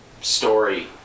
story